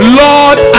lord